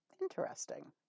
interesting